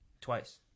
Twice